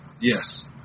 Yes